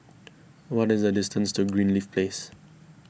what is the distance to Greenleaf Place